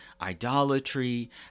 idolatry